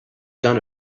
done